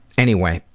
anyway,